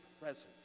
presence